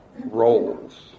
roles